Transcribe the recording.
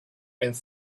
and